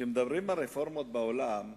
כשמדברים על רפורמות בעולם,